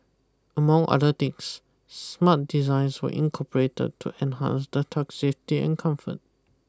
among other things smart designs were incorporated to enhance the tug's safety and comfort